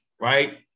right